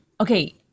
Okay